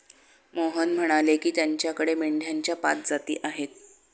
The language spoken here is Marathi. मोहन म्हणाले की, त्याच्याकडे मेंढ्यांच्या पाच जाती आहेत